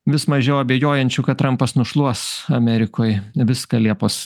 vis mažiau abejojančių kad trampas nušluos amerikoj viską liepos